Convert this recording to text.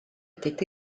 était